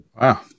Wow